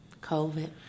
COVID